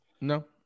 No